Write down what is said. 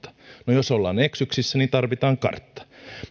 jos ollaan eksyksissä niin tarvitaan kartta